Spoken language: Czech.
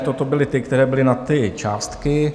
Toto byly ty, které byly na ty částky.